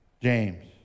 James